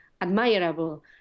admirable